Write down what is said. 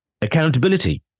Accountability